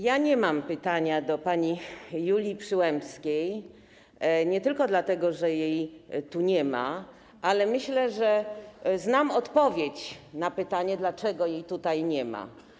Ja nie mam pytania do pani Julii Przyłębskiej nie tylko dlatego, że jej tu nie ma, ale myślę, że znam odpowiedź na pytanie, dlaczego jej tutaj nie ma.